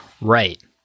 Right